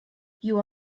you